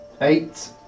Eight